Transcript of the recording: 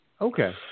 Okay